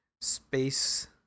space